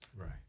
Right